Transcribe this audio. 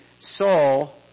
Saul